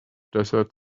desert